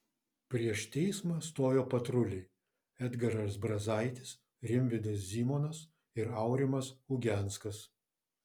prieš teismą stojo patruliai edgaras brazaitis rimvydas zymonas ir aurimas ugenskas